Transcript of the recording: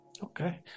Okay